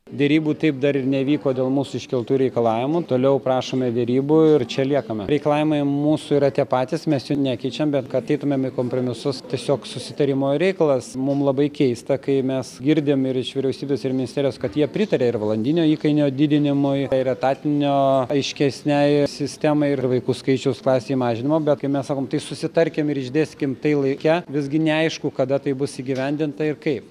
derybų taip dar ir nevyko dėl mūsų iškeltų reikalavimų toliau prašome derybų ir čia liekame reikalavimai mūsų yra tie patys mes jų nekeičiam bet kad eitumėm į kompromisus tiesiog susitarimo reikalas mum labai keista kai mes girdim ir iš vyriausybės ir ministerijos kad jie pritaria ir valandinio įkainio didinimui ir etatinio aiškesnei sistemai ir vaikų skaičiaus klasėje mažinimo bet kai mes sakom tai susitarkim ir išdėstykim tai laike visgi neaišku kada tai bus įgyvendinta ir kaip